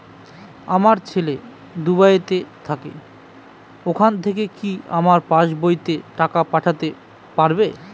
আমার ছেলে দুবাইতে থাকে ওখান থেকে কি আমার পাসবইতে টাকা পাঠাতে পারবে?